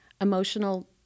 emotional